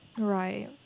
Right